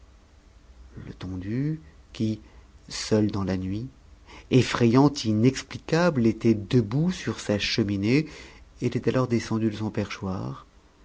letondu qui seul dans la nuit effrayant et inexplicable était debout sur sa cheminée était alors descendu de son perchoir